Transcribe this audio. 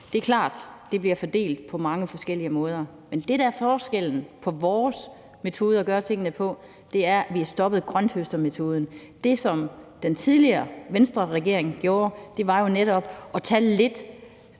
Det er klart, det bliver fordelt på mange forskellige måder, men det, der er forskellen og vores metode at gøre tingene på, er, at vi har stoppet grønthøstermetoden. Det, som den tidligere Venstreregering gjorde, var jo netop at tage lidt